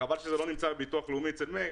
חבל שזה לא נמצא בביטוח הלאומי אצל מאיר